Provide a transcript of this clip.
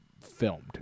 filmed